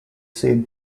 same